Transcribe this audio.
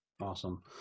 Awesome